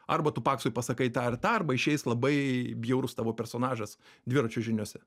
arba tu paksui pasakai tą ir tą arba išeis labai bjaurus tavo personažas dviračio žiniose